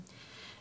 בדרג הבכיר.